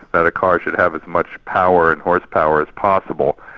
that a car should have as much power and horsepower as possible,